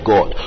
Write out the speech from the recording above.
God